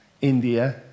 India